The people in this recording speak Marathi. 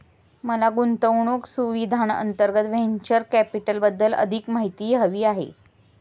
मला गुंतवणूक सुविधांअंतर्गत व्हेंचर कॅपिटलबद्दल अधिक माहिती हवी आहे